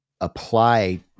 apply